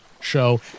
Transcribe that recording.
show